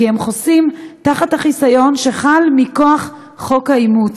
כי הם תחת החיסיון שחל מכוח חוק האימוץ.